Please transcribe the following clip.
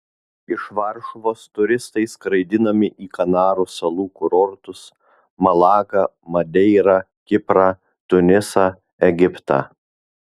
iš varšuvos turistai skraidinami į kanarų salų kurortus malagą madeirą kiprą tunisą egiptą